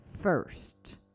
first